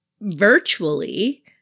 virtually